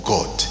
God